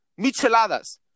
Micheladas